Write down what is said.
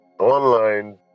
online